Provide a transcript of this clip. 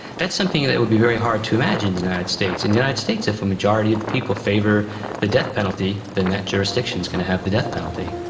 that's something that would be very hard to imagine in the united states. in the united states if a majority of the people favour the death penalty, then that jurisdiction is going to have the death penalty.